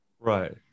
Right